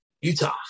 Utah